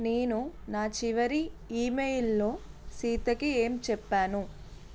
నేను నా చివరి ఈమెయిల్లో సీతకి ఏం చెప్పాను